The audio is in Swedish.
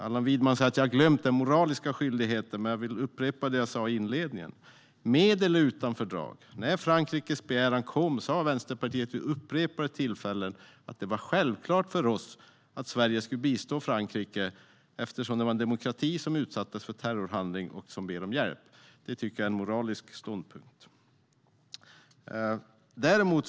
Allan Widman säger att jag har glömt den moraliska skyldigheten, men jag vill upprepa det jag sa i inledningen: Med eller utan fördrag - när Frankrikes begäran kom sa Vänsterpartiet vid upprepade tillfällen att det var självklart för oss att Sverige skulle bistå Frankrike eftersom det var en demokrati som utsattes för terrorhandling och som ber om hjälp. Det tycker jag är en moralisk ståndpunkt.